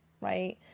right